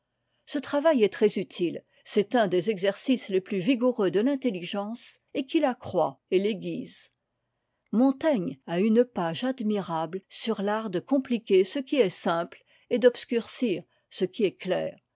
ce travail est très utile c'est un des exercices les plus vigoureux de l'intelligence et qui l'accroît et l'aiguise montaigne a une page admirable sur l'art de compliquer ce qui est simple et d'obscurcir ce qui est clair